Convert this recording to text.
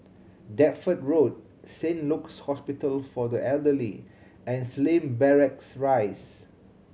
Deptford Road Saint Luke's Hospital for the Elderly and Slim Barracks Rise